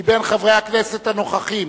מחברי הכנסת הנוכחים,